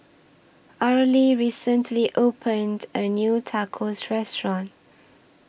Arely recently opened A New Tacos Restaurant